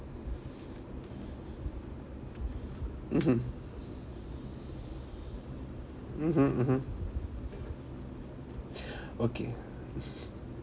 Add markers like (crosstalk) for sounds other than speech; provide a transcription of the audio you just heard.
mmhmm mmhmm mmhmm (breath) okay (laughs)